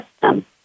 system